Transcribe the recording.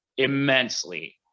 immensely